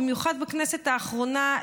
במיוחד בכנסת האחרונה,